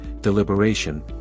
deliberation